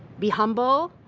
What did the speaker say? be humble,